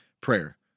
prayer